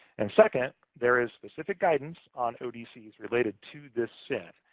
and second, there is specific guidance on odc's related to this sin.